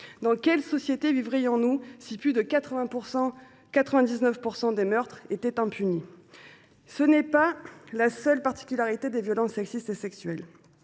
Dans quelle société vivrions nous si 99,4 % des meurtres étaient impunis ? Ce constat ne constitue pas la seule particularité des violences sexistes et sexuelles.